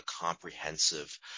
comprehensive